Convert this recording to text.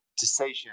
decision